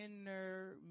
inner